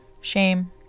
shame